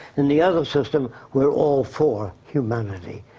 in the other system, we're all for humanity,